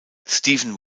steven